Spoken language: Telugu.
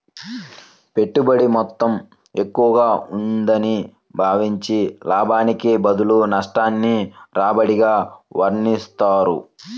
పెట్టుబడి మొత్తం ఎక్కువగా ఉందని భావించి, లాభానికి బదులు నష్టాన్ని రాబడిగా వర్ణిస్తారు